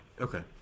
Okay